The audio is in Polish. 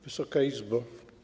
Wysoka Izbo!